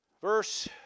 Verse